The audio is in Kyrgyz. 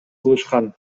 кылышкан